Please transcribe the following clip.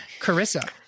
Carissa